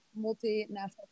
multinational